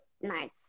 nice